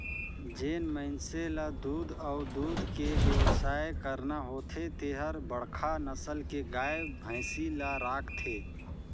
जेन मइनसे ल दूद अउ दूद के बेवसाय करना होथे ते हर बड़खा नसल के गाय, भइसी ल राखथे